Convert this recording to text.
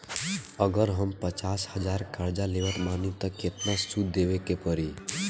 अगर हम पचास हज़ार कर्जा लेवत बानी त केतना सूद देवे के पड़ी?